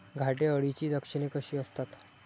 घाटे अळीची लक्षणे कशी असतात?